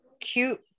cute